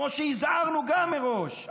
כמו שהזהרנו גם מראש,